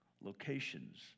locations